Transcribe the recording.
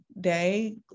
day